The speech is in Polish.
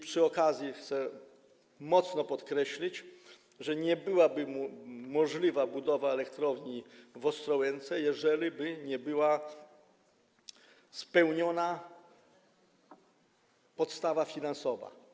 Przy okazji chcę mocno podkreślić, że nie byłaby możliwa budowa elektrowni w Ostrołęce, gdyby nie była spełniona podstawa finansowa.